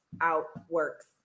outworks